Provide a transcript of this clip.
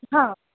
हां